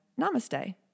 namaste